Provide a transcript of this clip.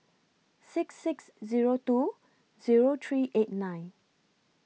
six six Zero two Zero three eight nine